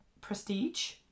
prestige